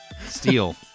Steel